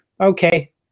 okay